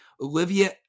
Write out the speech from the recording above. Olivia